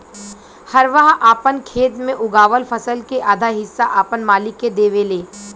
हरवाह आपन खेत मे उगावल फसल के आधा हिस्सा आपन मालिक के देवेले